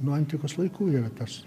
nuo antikos laikų yra tas